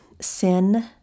sin